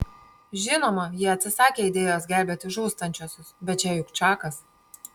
žinoma ji atsisakė idėjos gelbėti žūstančiuosius bet čia juk čakas